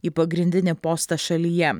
į pagrindinį postą šalyje